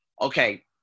Okay